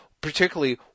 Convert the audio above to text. Particularly